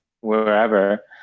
wherever